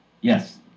Yes